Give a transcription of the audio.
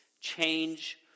Change